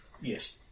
Yes